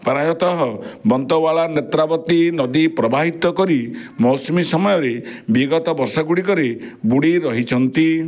ପ୍ରାୟତଃ ବନ୍ତୱାଳା ନେତ୍ରାବତୀ ନଦୀ ପ୍ରବାହିତ କରି ମୌସୁମୀ ସମୟରେ ବିଗତ ବର୍ଷଗୁଡ଼ିକରେ ବୁଡ଼ି ରହିଛନ୍ତି